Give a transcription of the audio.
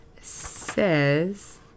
says